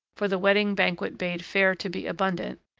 for the wedding-banquet bade fair to be abundant,